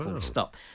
Stop